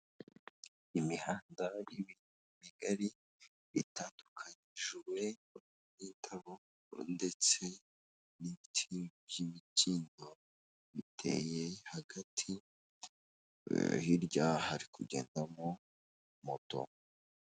Imihanda migari itandukanjwere n'indabo ndetse n'ibiti by'ibikingo biteye hagati hirya hari kugenda mo moto.